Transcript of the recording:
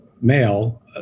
male